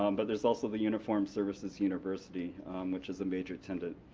um but there's also the uniformed services university which is a major tenant,